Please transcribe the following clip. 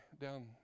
down